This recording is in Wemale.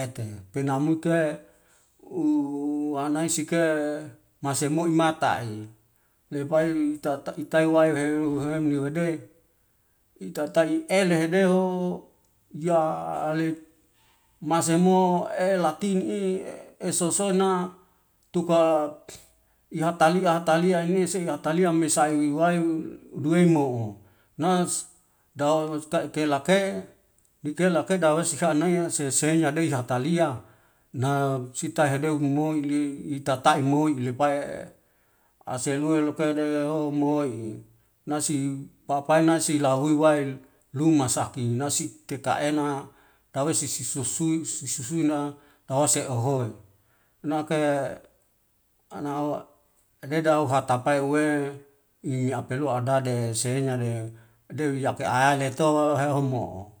eete. Penamuke u anasike masemoi matai lepai itatai waihelu huemu lihude itatai ale hedeho ya ali maso elatin i esosona tuka ihatalia hatalia inise hatalia mesai wai duwe mo, na da ita ikelake nikelake dawe sa'anea sesi adeha hatalia na sita hedeu moili itatai moi lebai aselui lukede omohoi, nasi papai nasila hoi uwail luma saki nasi tita ena tawesi sisi susui na awase ohoi, nake anao deda ohatapai uwe ipelua adade senyade dewi ake aleto heo homo'o.